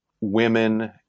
women